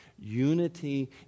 Unity